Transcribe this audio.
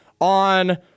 on